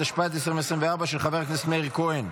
התשפ"ג 2023, של חבר הכנסת מאיר כהן.